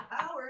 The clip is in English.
hours